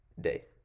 day